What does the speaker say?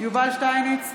יובל שטייניץ,